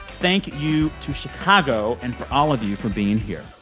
thank you to chicago and for all of you for being here